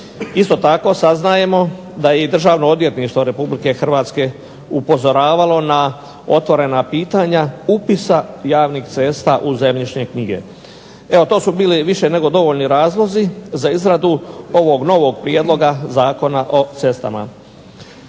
Isto tako saznajemo da i Državno odvjetništvo Republike Hrvatske upozoravalo na otvorena pitanja upisa javnih cesta u zemljišne knjige. Evo to su bili više nego dovoljni razlozi za izradu ovog novog Prijedloga zakona o cestama.